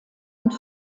und